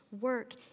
work